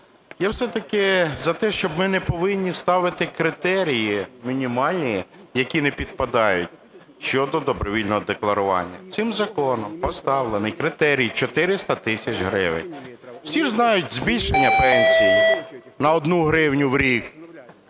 я все-таки за те, що ми не повинні ставити критерії мінімальні, які не підпадають щодо добровільного декларування. Цим законом поставлений критерій 400 тисяч гривень. Всі ж знають збільшення пенсій на 1 гривню в рік?